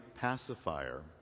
pacifier